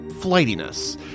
flightiness